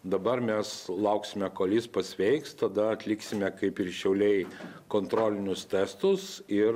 dabar mes lauksime kol jis pasveiks tada atliksime kaip ir šiauliai kontrolinius testus ir